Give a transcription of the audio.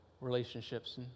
relationships